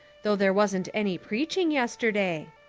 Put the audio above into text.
though there wasn't any preaching yesterday.